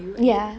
ya